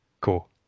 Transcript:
cool